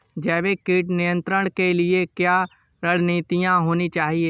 जैविक कीट नियंत्रण के लिए क्या रणनीतियां होनी चाहिए?